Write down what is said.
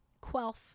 quelf